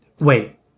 Wait